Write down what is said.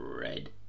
red